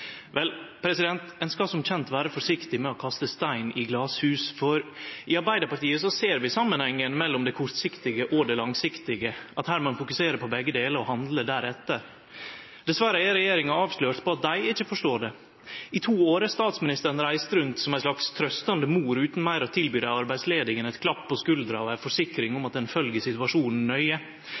ein skal som kjent vere forsiktig med å kaste stein når ein sit i glashus. I Arbeidarpartiet ser vi samanhengen mellom det kortsiktige og det langsiktige, og at ein her må fokusere på begge delar og handle deretter. Dessverre er regjeringa avslørt ved at dei ikkje forstår det. I to år har statsministeren reist rundt som ei slags trøystande mor utan meir å tilby dei arbeidslause enn ein klapp på skuldra med ei forsikring om at ein følgjer situasjonen nøye.